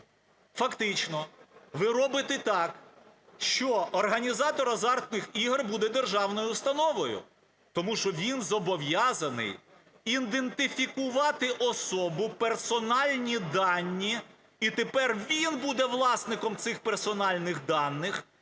Фактично ви робите так, що організатор азартних ігор буде державною установою, тому що він зобов'язаний ідентифікувати особу, персональні дані, і тепер він буде власником цих персональних даних.